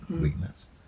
weakness